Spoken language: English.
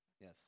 Yes